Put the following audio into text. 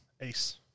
Ace